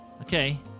Okay